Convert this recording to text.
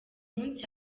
munsi